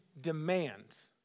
demands